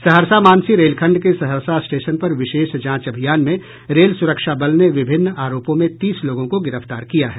सहरसा मानसी रेलखंड के सहरसा स्टेशन पर विशेष जांच अभियान में रेल सुरक्षा बल ने विभिन्न आरोपों में तीस लोगों को गिरफ्तार किया है